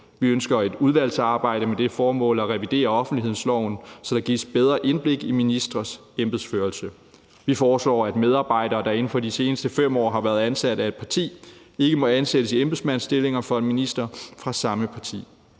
Vi ønsker et udvalgsarbejde med det formål at revidere offentlighedsloven, så der gives bedre indblik i ministres embedsførelse. Vi foreslår, at medarbejdere, der inden for de seneste 5 år har været ansat af et parti, ikke må ansættes i embedsmandsstillinger for en minister fra samme parti.